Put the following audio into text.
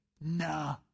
nah